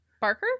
Barker